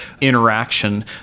interaction